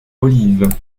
olive